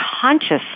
consciously